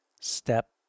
Step